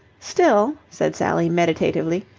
still, said sally, meditatively,